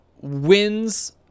wins